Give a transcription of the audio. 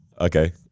okay